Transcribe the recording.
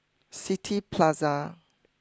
City Plaza